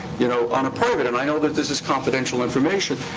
you know, on a private. and i know that this is confidential information,